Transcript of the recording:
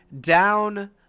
Down